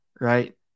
right